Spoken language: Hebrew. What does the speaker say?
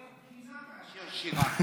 זה יותר קינה מאשר שירה.